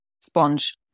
Sponge